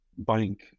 bank